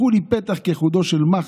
פתחו לי פתח כחודו של מחט,